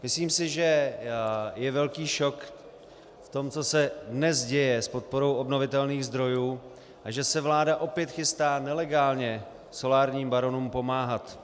Myslím si, že je velký šok v tom, co se dnes děje s podporou obnovitelných zdrojů, a že se vláda opět chystá nelegálně solárním baronům pomáhat.